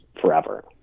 forever